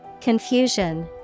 Confusion